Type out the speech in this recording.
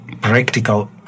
practical